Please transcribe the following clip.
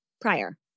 prior